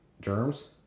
germs